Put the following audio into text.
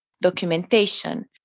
documentation